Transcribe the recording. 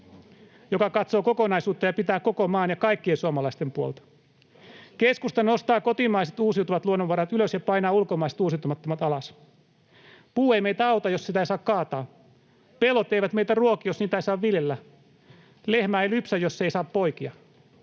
joka katsoo kokonaisuutta ja pitää koko maan ja kaikkien suomalaisten puolta. Keskusta nostaa kotimaiset, uusiutuvat luonnonvarat ylös ja painaa ulkomaiset, uusiutumattomat alas. Puu ei meitä auta, jos sitä ei saa kaataa. Pellot eivät meitä ruoki, jos niitä ei saa viljellä. Lehmä ei lypsä, jos se ei saa poikia.